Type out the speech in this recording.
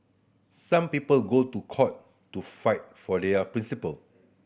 some people go to court to fight for their principle